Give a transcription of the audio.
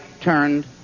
turned